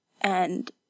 And